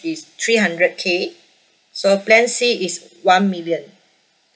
is three hundred K so plan C is one million